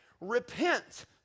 repent